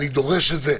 אני דורש את זה,